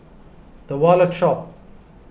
the Wallet Shop